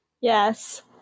Yes